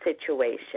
situation